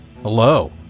Hello